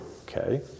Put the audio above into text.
okay